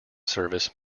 service